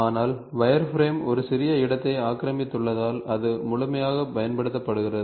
ஆனால் வயர்ஃப்ரேம் ஒரு சிறிய இடத்தை ஆக்கிரமித்துள்ளதால் அது முழுமையாக பயன்படுத்தப்படுகிறது